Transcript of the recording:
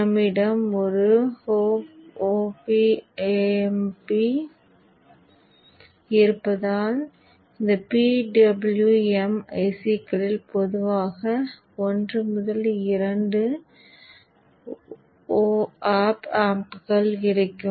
நம்மிடம் ஒரு OpAmp இருப்பதால் இந்த PWM ICகளில் பொதுவாக 1 முதல் 2 OpAmpகள் கிடைக்கும்